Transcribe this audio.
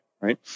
right